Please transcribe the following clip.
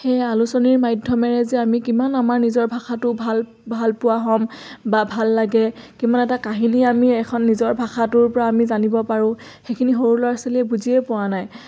সেই আলোচনীৰ মাধ্যমেৰে যে আমি কিমান আমাৰ নিজৰ ভাষাটো ভাল ভাল পোৱা হ'ম বা ভাল লাগে কিমান এটা কাহিনী আমি এখন নিজৰ ভাষাটোৰ পৰা আমি জানিব পাৰোঁ সেইখিনি সৰু ল'ৰা ছোৱালীয়ে বুজিয়ে পোৱা নাই